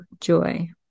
joy